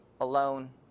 alone